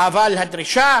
אבל הדרישה